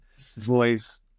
voice